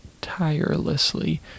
tirelessly